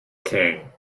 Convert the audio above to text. king